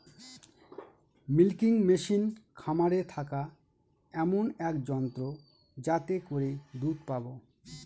milking machine খামারে থাকা এমন এক যন্ত্র যাতে করে দুধ পাবো